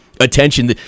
attention